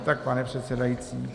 Je tak, pane předsedající?